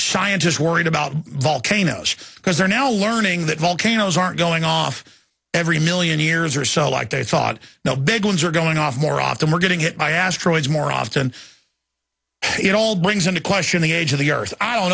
just worried about volcanoes because they're now learning that volcanoes aren't going off every million years or so like they thought no big ones are going off more often we're getting hit by asteroids more often it all brings into question the age of the earth i don't